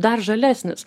dar žalesnis